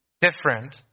different